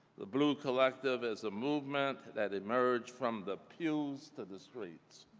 the bluu collective is a movement that emerged from the pews to the streets.